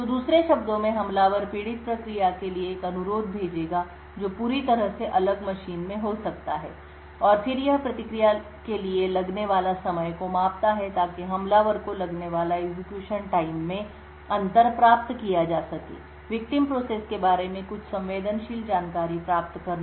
तो दूसरे शब्दों में हमलावर पीड़ित प्रक्रिया के लिए एक अनुरोध भेजेगा जो पूरी तरह से अलग मशीन में हो सकता है और फिर यह प्रतिक्रिया के लिए लगने वाले समय को मापता है ताकि हमलावर को लगने वाला एग्जीक्यूशन टाइम में अंतर प्राप्त किया जा सके विक्टिम प्रोसेस के बारे में कुछ संवेदनशील जानकारी प्राप्त करना